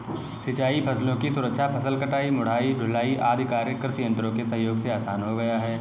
सिंचाई फसलों की सुरक्षा, फसल कटाई, मढ़ाई, ढुलाई आदि कार्य कृषि यन्त्रों के सहयोग से आसान हो गया है